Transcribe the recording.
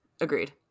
Agreed